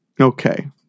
Okay